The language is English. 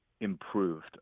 improved